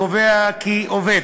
קובע כי עובד